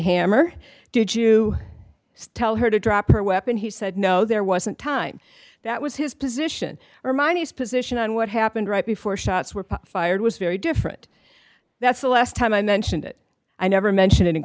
hammer did you tell her to drop her weapon he said no there wasn't time that was his position or mine is position on what happened right before shots were fired was very different that's the last time i mentioned it i never mentioned it